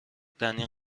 دنی